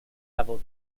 level